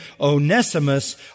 Onesimus